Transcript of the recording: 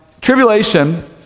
tribulation